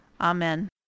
Amen